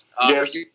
Yes